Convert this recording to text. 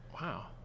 wow